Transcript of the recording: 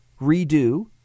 redo